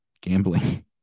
gambling